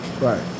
Right